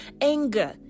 anger